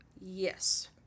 Yes